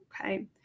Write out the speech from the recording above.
okay